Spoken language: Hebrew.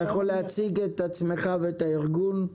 אתה יכול להציג את עצמך ואת הארגון?